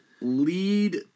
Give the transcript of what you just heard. lead